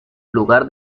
lugar